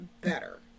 better